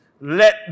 Let